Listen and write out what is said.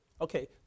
Okay